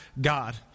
God